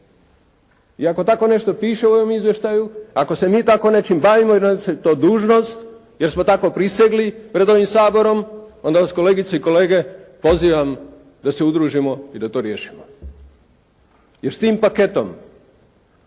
I ako tako nešto piše u ovom izvještaju ako se mi tako nečim bavimo i … to dužnost, jer smo tako prisegli pred ovim Saborom, onda vas kolegice i kolege pozivam da se udružimo i da to riješimo. Jer s tim paketom